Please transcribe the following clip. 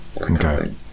Okay